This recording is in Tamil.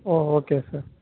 O okay sir